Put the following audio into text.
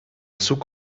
zug